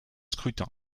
scrutin